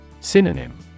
Synonym